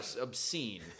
obscene